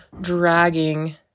dragging